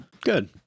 Good